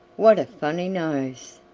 what a funny nose!